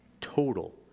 Total